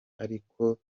ariko